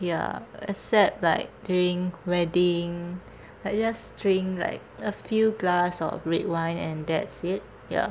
ya except like during wedding I just drink like a few glass of red wine and that's it ya